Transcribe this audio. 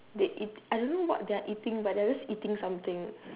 they eat I don't know what they are eating but they are just eating something